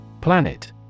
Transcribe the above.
Planet